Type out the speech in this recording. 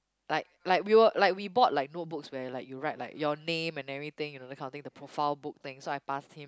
like like we will like we bought like notebooks where like you write like your name and everything you know that kind of thing the profile book thing so I pass him